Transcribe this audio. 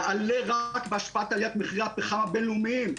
יעלה רק בהשפעת מחירי הפחם הבין-לאומיים.